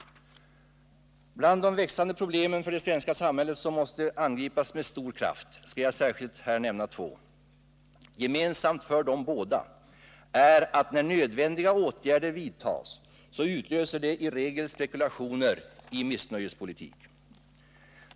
Bland de växande problem för det svenska samhället som måste angripas med stor kraft skall jag här särskilt nämna två. Gemensamt för båda är att när nödvändiga åtgärder vidtas utlöser detta i regel spekulationer i missnöjespolitik.